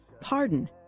Pardon